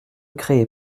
créez